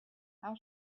how